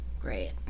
Great